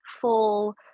full